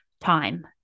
time